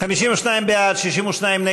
עתיד וקבוצת סיעת המחנה הציוני לסעיף 7 לא נתקבלה.